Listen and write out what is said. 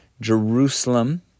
Jerusalem